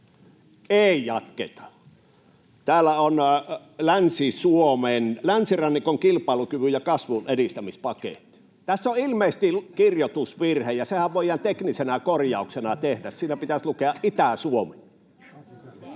ei jatketa. Täällä on Länsi-Suomen, länsirannikon kilpailukyvyn ja kasvun edistämispaketti. Tässä on ilmeisesti kirjoitusvirhe, ja sehän voidaan teknisenä korjauksena tehdä: siinä pitäisi lukea Itä-Suomi.